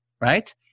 right